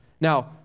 Now